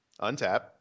Untap